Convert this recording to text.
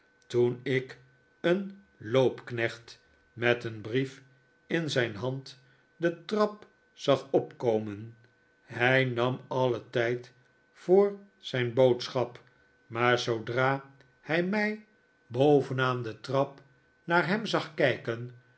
toen ik een loopknecht met een brief in zijn hand de trap zag opkomen hij nam alien tijd voor zijn boodschap maar zoodra hij mij boven aan de diep berouw trap naar hem zag kijken